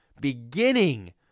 beginning